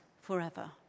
forever